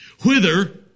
Whither